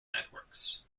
networks